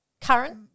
current